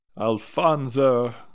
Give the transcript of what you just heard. Alfonso